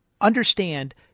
understand